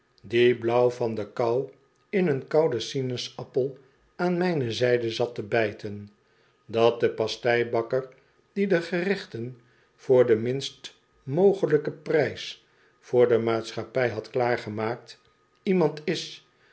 die blauw van de kou in een kouden sinaasappel aan mijne zijde zat te bijten dat de pasteibakker die de gerechten voor den minst mogelijken prijs voor de maatschappij had klaargemaakt iemand is